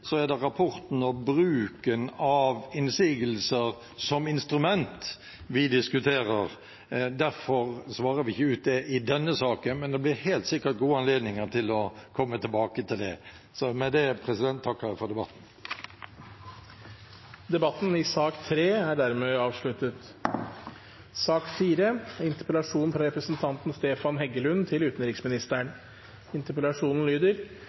er det rapporten og bruken av innsigelser som instrument vi diskuterer. Derfor svarer vi ikke på det i denne saken, men det blir helt sikkert gode anledninger til å komme tilbake til det. Med det takker jeg for debatten. Flere har ikke bedt om ordet til sak nr. 3. I artikkel 18 i FNs menneskerettighetserklæring kan vi lese: «Enhver har rett til